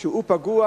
כשהוא פגוע,